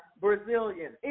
Brazilian